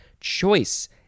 Choice